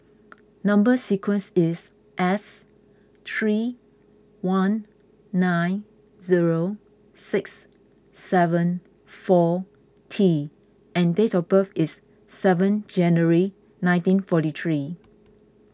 Number Sequence is S three one nine zero six seven four T and date of birth is seventh January nineteen forty three